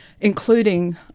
including